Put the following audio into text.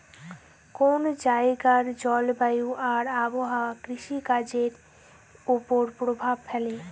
কোন জায়গার জলবায়ু আর আবহাওয়া কৃষিকাজের উপর প্রভাব ফেলে